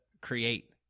create